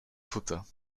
kutter